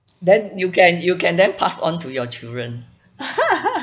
then you can you can then pass on to your children